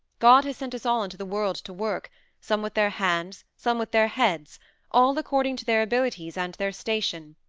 god has sent us all into the world to work some with their hands, some with their heads all according to their abilities and their station.